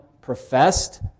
professed